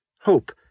hope